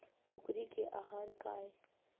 कुकरी के आहार काय?